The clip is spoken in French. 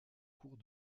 cours